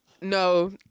No